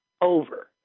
over